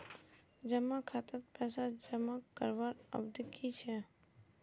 जमा खातात पैसा जमा करवार अवधि की छे?